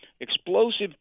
Explosive